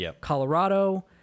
Colorado